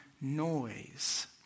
noise